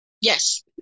Yes